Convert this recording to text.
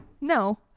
No